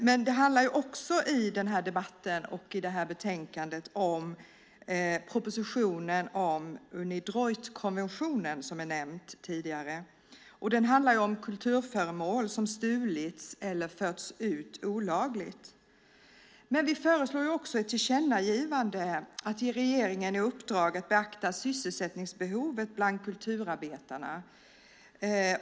Men debatten och betänkandet handlar också om propositionen om Unidroit-konventionen som har nämnts tidigare. Konventionen handlar om kulturföremål som har stulits eller förts ut olagligt. Vi föreslår också i ett tillkännagivande att regeringen ges i uppdrag att beakta sysselsättningsbehovet bland kulturarbetarna.